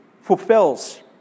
fulfills